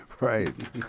Right